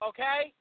Okay